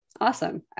Awesome